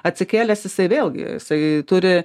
atsikėlęs jisai vėlgi jisai turi